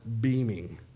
beaming